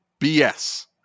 bs